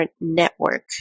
network